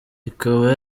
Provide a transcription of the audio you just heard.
ikaba